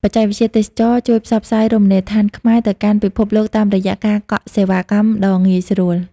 បច្ចេកវិទ្យាទេសចរណ៍ជួយផ្សព្វផ្សាយរមណីយដ្ឋានខ្មែរទៅកាន់ពិភពលោកតាមរយៈការកក់សេវាកម្មដ៏ងាយស្រួល។